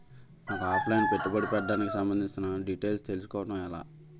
నాకు offline పెట్టుబడి పెట్టడానికి సంబందించిన డీటైల్స్ తెలుసుకోవడం ఎలా?